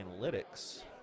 analytics